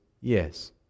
yes